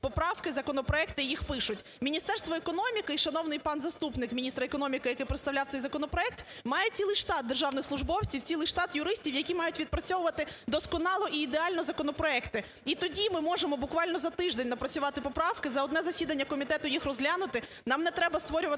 поправки законопроектів і їх пишуть. Міністерство економіки і шановний пан заступник міністра економіки, який представляв цей законопроект, має цілий штат державних службовців, цілий штат юристів, які мають відпрацьовувати досконало і ідеально законопроекти. І тоді ми можемо буквально за тиждень напрацювати поправки, за одне засідання комітету їх розглянути, нам не треба створювати